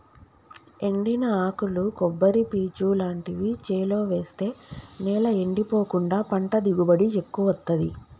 ఎండిన ఆకులు కొబ్బరి పీచు లాంటివి చేలో వేస్తె నేల ఎండిపోకుండా పంట దిగుబడి ఎక్కువొత్తదీ